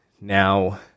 Now